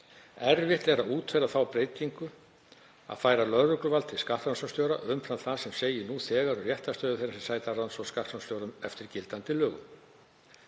Erfitt er að útfæra þá breytingu að færa lögregluvald til skattrannsóknarstjóra umfram það sem segir nú þegar um réttarstöðu þeirra sem sæta rannsókn skattrannsóknarstjóra eftir gildandi lögum.